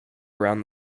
around